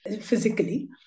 physically